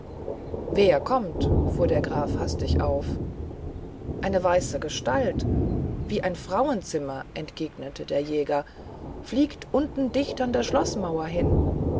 wer kommt fuhr der graf hastig auf eine weiße gestalt wie ein frauenzimmer entgegnete der jäger fliegt unten dicht an der schloßmauer hin